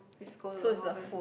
please go to the hawker